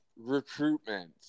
recruitment